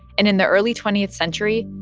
and in the early twentieth century,